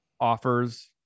offers